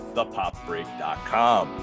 ThePopBreak.com